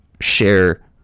share